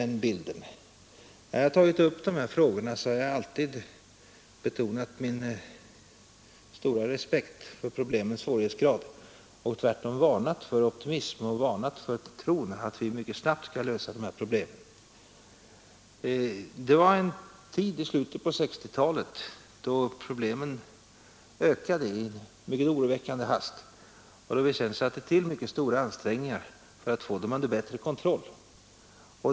När jag tagit upp de här frågorna har jag alltid betonat min stora respekt för problemens svårighetsgrad och tvärtom varnat för optimism och varnat för tron att vi mycket snabbt skall lösa de här problemen. Det var en tid i slutet av 1960-talet då problemen ökade i mycket oroväckande takt, och då satte vi till mycket stora ansträngningar för att få dem under bättre kontroll.